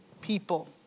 people